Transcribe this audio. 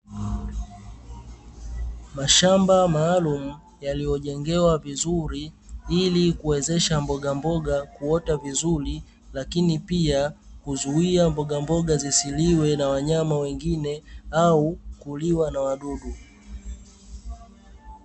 Mashamba maalumu yaliyojengewa vizuri ili kuwezesha mbogamboga kuota vizuri lakini pia kuzuia mbogamboga zisiliwe na wanyama wengine au kuliwa na wadudu.